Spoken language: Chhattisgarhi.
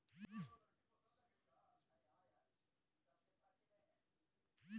बीजगोनी टोपली किसानी काम कर सुरूवाती समे ले ही लागथे